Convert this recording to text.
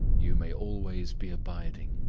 you may always be abiding,